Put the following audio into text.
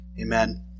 Amen